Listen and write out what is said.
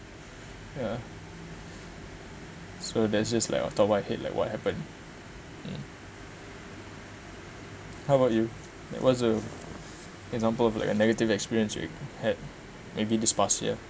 ya so that's just like on top of my head like what happen how about you like what's the example of like a negative experience had maybe this past year